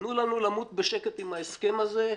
תנו לנו למות בשקט עם ההסכם הזה,